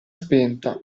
spenta